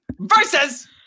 versus